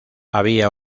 había